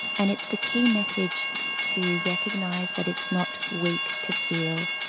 and it's the key message to recognise that it's not weak to feel.